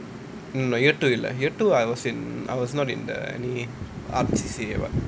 mm year two இல்ல:illa year two I was in I was not in the any C_C_A [what]